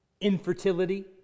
infertility